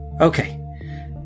Okay